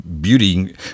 beauty